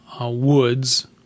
woods